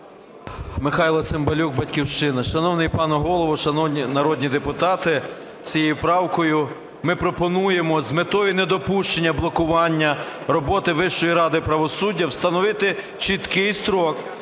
Михайло Цимбалюк, "Батьківщина". Шановний пане Голово, шановні народні депутати, цією правкою ми пропонуємо з метою недопущення блокування роботи Вищої ради правосуддя встановити чіткий строк